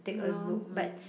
ha lor hmm